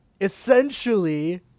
essentially